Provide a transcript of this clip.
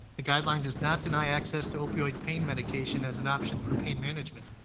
the guideline does not deny access to opioid pain medication as an option for pain management.